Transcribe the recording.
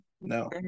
No